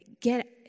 get